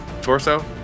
Torso